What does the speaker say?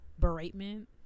beratement